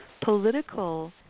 political